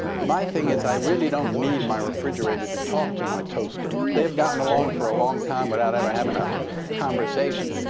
my thing is i really don't need my refrigerator to talk to my toaster. they've gotten along for a long time without ever having a conversation.